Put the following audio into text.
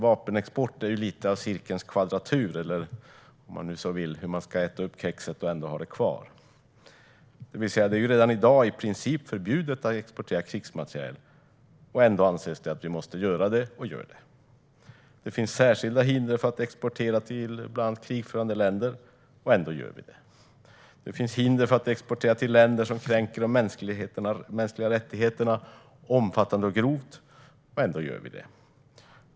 Vapenexport är ju lite av cirkelns kvadratur eller, om man så vill, hur man ska äta upp kexet och ändå ha det kvar. Det är redan i dag i princip förbjudet att exportera krigsmateriel. Ändå anses det att vi måste göra det, och vi gör det. Det finns särskilda hinder för att exportera till bland annat krigförande länder, och ändå gör vi det. Det finns hinder för att exportera till länder som grovt och omfattande kränker de mänskliga rättigheterna, och ändå gör vi det.